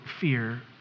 fear